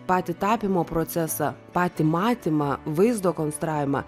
patį tapymo procesą patį matymą vaizdo konstravimą